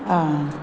आं